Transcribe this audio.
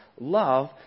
love